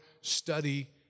study